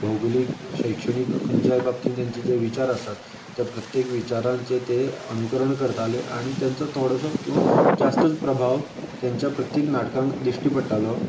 भोवगोलीक शैक्षणीक खंयच्याय बाबतीन तेचें जे विचार आसात तें प्रत्येक विचारांचे ते अनुकरण करताले आनी तेचो थोडोसो किंवां जास्तच प्रभाव तेंच्या प्रत्येक नाटकांत दिश्टी पडटालो